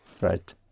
Right